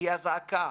שתהיה אזעקה,